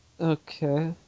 Okay